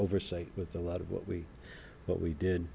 oversight with a lot of what we what we did